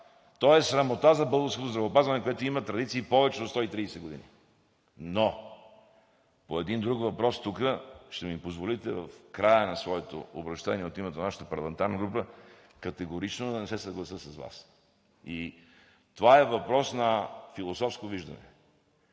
то е срамота за българското здравеопазване, което има повече от 130 години традиция. Но по един друг въпрос тук ще ми позволите в края на своето обръщение от името на нашата парламентарна група категорично да не се съглася с Вас. Това е въпрос на философско виждане.